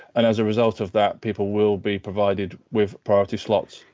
and as a result of that, people will be provided with priority slots.